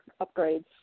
upgrades